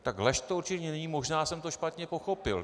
Tak lež to určitě není, možná jsem to špatně pochopil.